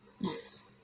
Yes